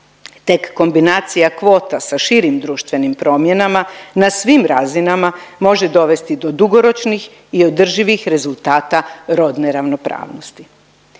Tek kombinacija kvota sa širim društvenim promjenama na svim razinama može dovesti do dugoročnih i održivih rezultata rodne ravnopravnosti.